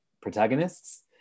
protagonists